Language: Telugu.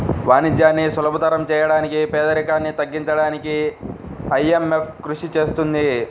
వాణిజ్యాన్ని సులభతరం చేయడానికి పేదరికాన్ని తగ్గించడానికీ ఐఎంఎఫ్ కృషి చేస్తుంది